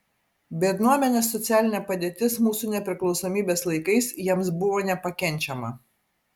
biednuomenės socialinė padėtis mūsų nepriklausomybės laikais jiems buvo nepakenčiama